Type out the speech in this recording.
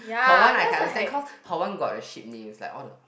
her one I can understand cause her one got the ship names like all the